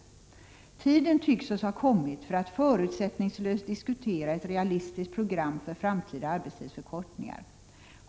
Tiden tycks oss ha kommit för att förutsättningslöst diskutera ett realistiskt program för framtida arbetstidsförkortningar.